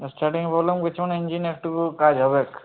starting problem কিছু নেই ইঞ্জিনে একটু কাজ হবে